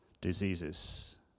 diseases